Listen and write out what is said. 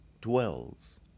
dwells